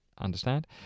understand